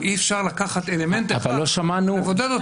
אבל אי אפשר לקחת אלמנט אחד ולבודד אותו.